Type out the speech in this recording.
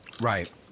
right